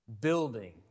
building